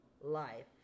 life